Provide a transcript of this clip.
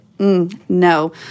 No